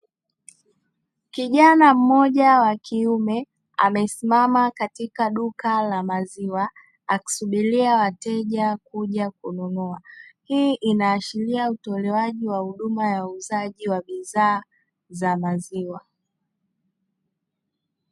Kijana mmoja wa kiume amesimama katika duka la maziwa, akisubiria wateja kuja kununua. Hii inaashiria utolewaji wa huduma ya uuzaji wa bidhaa za maziwa.